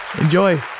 Enjoy